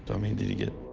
i mean did u get?